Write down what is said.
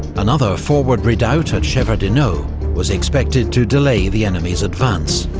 another forward redoubt at shevardino was expected to delay the enemy's advance.